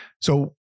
so-